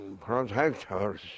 protectors